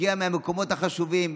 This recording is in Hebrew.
מגיע מהמקומות החשובים,